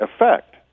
effect